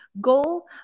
goal